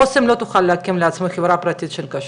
אסם לא תוכל להקים לעצמה חברה פרטית של כשרות,